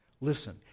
Listen